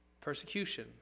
persecution